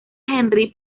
henri